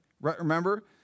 remember